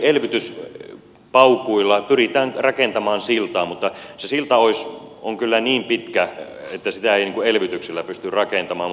esimerkiksi elvytyspaukuilla pyritään rakentamaan siltaa mutta se silta on kyllä niin pitkä että sitä ei elvytyksellä pysty rakentamaan